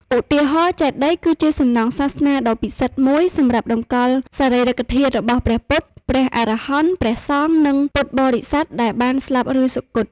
ឧទាហរណ៍ ចេតិយ គឺជាសំណង់សាសនាដ៏ពិសិដ្ឋមួយសម្រាប់តម្កល់សារីរិកធាតុរបស់ព្រះពុទ្ធ ព្រះអរហន្ត ព្រះសង្ឃ និងពុទ្ធបរិស័ទដែលបានស្លាប់ ឬសុគត។